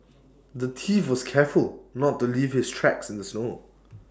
the thief was careful to not leave his tracks in the snow